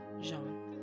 Jean